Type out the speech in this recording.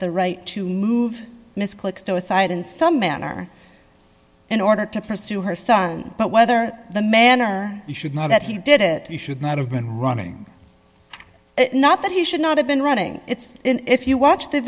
the right to move miss clicks to a site in some manner in order to pursue her son but whether the man or he should know that he did it he should not have been running it not that he should not have been running it's if you watch the